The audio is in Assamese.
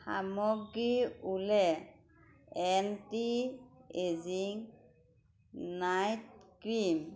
সামগ্ৰী Olay anti ageing night cream